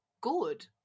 good